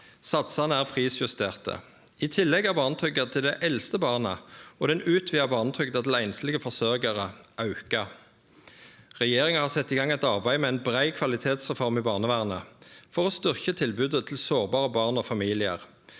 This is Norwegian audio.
Satsane er prisjusterte. I tillegg er barnetrygda til dei eldste barna og den utvida barnetrygda til einslege forsørgjarar auka. Regjeringa har sett i gang eit arbeid med ei brei kvalitetsreform i barnevernet for å styrkje tilbodet til sårbare barn og familiar.